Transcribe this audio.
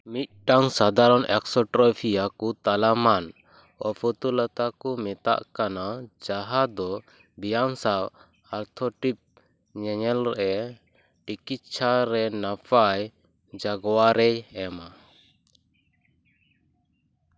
ᱢᱤᱫᱴᱟᱱ ᱥᱟᱫᱷᱟᱨᱚᱱ ᱮᱠᱥᱴᱨᱚᱯᱤᱭᱟ ᱠᱚ ᱛᱟᱞᱟᱢᱟᱱ ᱚᱯᱨᱚᱛᱚᱞᱚᱛᱟ ᱠᱚ ᱢᱮᱛᱟᱜ ᱠᱟᱱᱟ ᱡᱟᱦᱟᱸ ᱫᱚ ᱵᱮᱭᱟᱢ ᱥᱟᱶ ᱟᱨᱛᱷᱳᱯᱴᱤᱠ ᱧᱮᱧᱮᱞ ᱴᱤᱠᱤᱪᱪᱷᱟ ᱨᱮ ᱱᱟᱯᱟᱭ ᱡᱟᱜᱽᱣᱟᱨᱮᱭ ᱮᱢᱟ